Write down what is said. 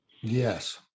Yes